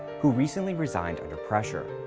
who recently resigned under pressure.